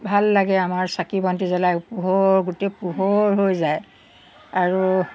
ভাল লাগে আমাৰ চাকি বান্তি জ্বলাই পোহৰ গোটেই পোহৰ হৈ যায় আৰু